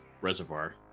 reservoir